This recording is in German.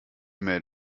mail